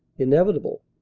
inevitable.